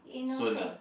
soon ah